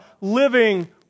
living